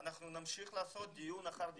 אנחנו נמשיך לעשות כאן דיון אחר דיון,